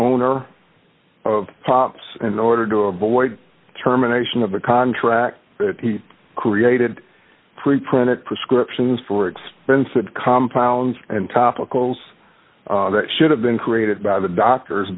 owner of hops in order to avoid terminations of the contract that he created preprinted prescriptions for expensive compounds and topical that should have been created by the doctors